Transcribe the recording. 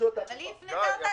אבל היא הפנתה אותנו כרגע אליך.